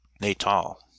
natal